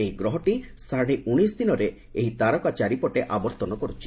ଏହି ଗ୍ରହଟି ସାଢ଼େ ଉଶିଶ ଦିନରେ ଏହି ତାରକା ଚାରିପଟେ ଆବର୍ତ୍ତନ କରୁଛି